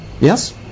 yes